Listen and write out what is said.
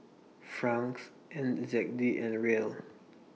Francs N Z D and Riel